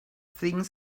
things